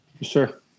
Sure